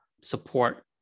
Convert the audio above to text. support